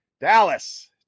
Dallas